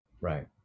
Right